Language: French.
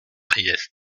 priest